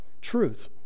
Truth